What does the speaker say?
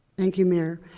thank you, mayor.